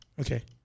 Okay